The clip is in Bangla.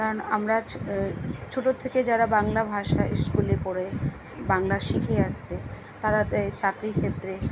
কারণ আমরা ছোটোর থেকে যারা বাংলা ভাষা স্কুলে পড়ে বাংলা শিখে আসছে তারা এই চাকরি ক্ষেত্রে